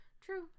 True